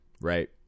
right